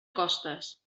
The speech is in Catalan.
costes